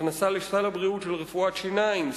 הכנסת רפואת השיניים,